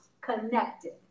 connected